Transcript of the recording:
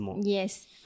Yes